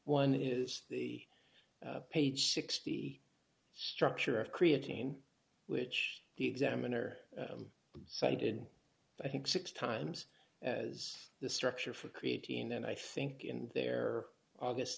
one is the page sixty structure of creating which the examiner cited i think six times as the structure for creating then i think in their august